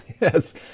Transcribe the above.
yes